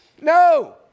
No